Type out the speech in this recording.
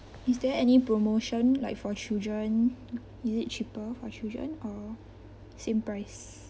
is there any promotion like for children is it cheaper for children or same price